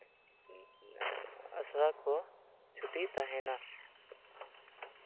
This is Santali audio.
ᱟᱥᱲᱟ ᱠᱚ ᱪᱷᱩᱴᱤ ᱛᱟᱦᱮᱱᱟ